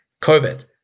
covid